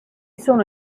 sono